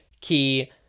key